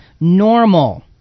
normal